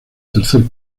tercer